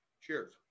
Cheers